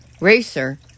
racer